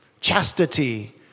chastity